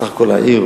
בסך הכול העיר,